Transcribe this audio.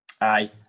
aye